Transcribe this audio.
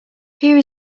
here